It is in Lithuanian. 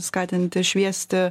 skatinti šviesti